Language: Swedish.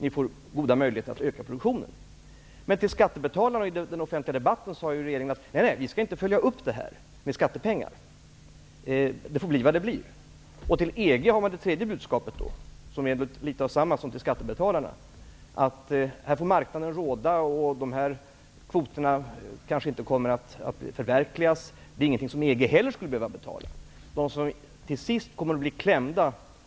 Ni får goda möjligheter att öka produktionen. I den offentliga debatten sade regeringen till skattebetalarna att den inte skulle följa upp detta med skattepengar. Det får bli vad det blir. Till EG har man gett det tredje budskapet. Det är litet detsamma som till skattebetalarna. Det innebär att här skall marknaden få råda. Dessa kvoter kommer kanske inte att förverkligas. Det är ingenting som EG heller skall behöva betala. De som till sist kommer i kläm